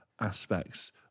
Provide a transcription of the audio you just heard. aspects